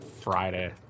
Friday